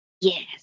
Yes